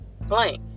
blank